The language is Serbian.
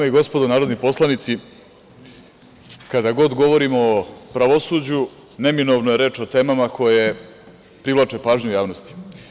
Dame i gospodo narodni poslanici, kada god govorimo o pravosuđu, neminovno je reč o temama koje privlače pažnju javnosti.